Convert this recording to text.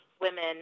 women